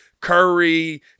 Curry